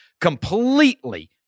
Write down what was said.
completely